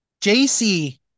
JC